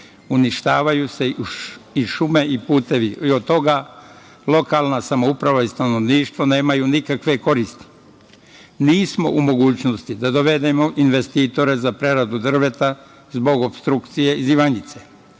Uništavaju se i šume i putevi i od toga lokalna samouprava i stanovništvo nemaju nikakve koristi. Nismo u mogućnosti da dovedemo investitore za preradu drveta zbog opstrukcije iz Ivanjice. Tražim